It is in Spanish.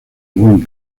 buen